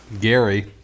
gary